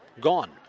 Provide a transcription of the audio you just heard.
gone